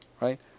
right